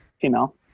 female